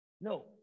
No